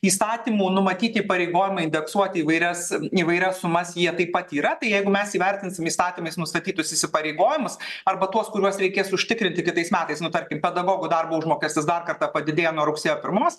įstatymų numatyti įpareigojimai indeksuoti įvairias įvairias sumas jie taip pat yra tai jeigu mes įvertinsim įstatymais nustatytus įsipareigojimus arba tuos kuriuos reikės užtikrinti kitais metais nu tarkim pedagogo darbo užmokestis dar kartą padidėja nuo rugsėjo pirmos